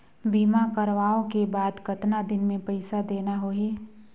बीमा करवाओ के बाद कतना दिन मे पइसा देना हो ही?